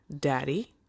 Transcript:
Daddy